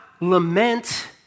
lament